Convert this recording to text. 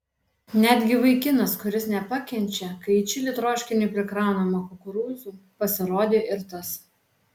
netgi vaikinas kuris nepakenčia kai į čili troškinį prikraunama kukurūzų pasirodė ir tas